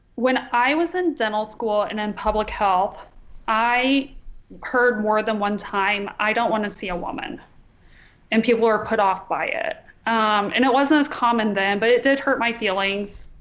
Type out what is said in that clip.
when i was in dental school and in and public health i heard more than one time i don't want to see a woman and people were put off by it and it wasn't uncommon then but it did hurt my feelings